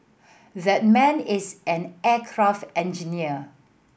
that man is an aircraft engineer